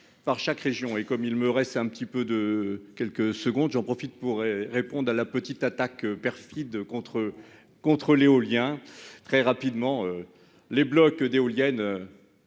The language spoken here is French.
par chaque région et comme il me reste un petit peu de quelques secondes, j'en profite pour répondre à la petite attaque perfide contre contre l'éolien très rapidement. Les blocs d'éoliennes.